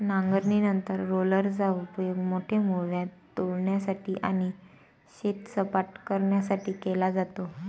नांगरणीनंतर रोलरचा उपयोग मोठे मूळव्याध तोडण्यासाठी आणि शेत सपाट करण्यासाठी केला जातो